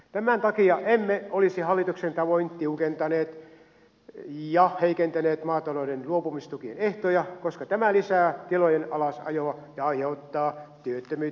tämän takia emme olisi hallituksen tavoin tiukentaneet ja heikentäneet maatalouden luopumistukien ehtoja koska tämä lisää tilojen alasajoa ja aiheuttaa työttömyyttä maaseudulla